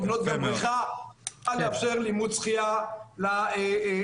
שיבנו גם בריכה שתאפשר לימוד שחייה לתלמידים.